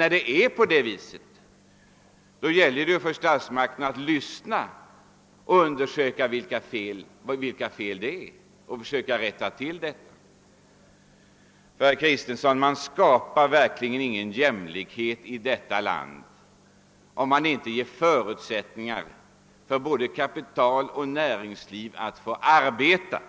När det förhåller sig så, gäller det för statsmakterna att lyssna och undersöka vilka fel som finns och försöka rätta till dem. Man skapar verkligen inte, herr Kristenson, någon jämlikhet i detta land, om man inte ger förutsättningar för både kapital och näringsliv att arbeta.